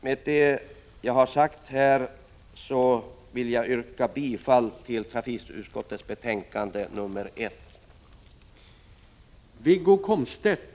Med det jag har sagt vill jag yrka bifall till hemställan i trafikutskottets betänkande nr 1.